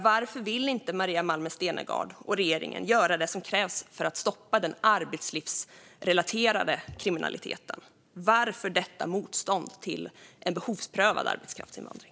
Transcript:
Varför vill inte Maria Malmer Stenergard och regeringen göra det som krävs för att stoppa den arbetslivsrelaterade kriminaliteten? Varför detta motstånd mot en behovsprövad arbetskraftsinvandring?